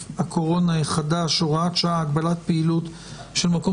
הקורונה החדש (הוראת שעה) (תו ירוק לעובדים) (תיקון מס'